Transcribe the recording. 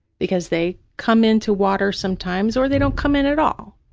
because they come in to water sometimes or they don't come in at all,